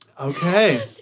Okay